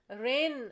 Rain